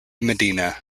medina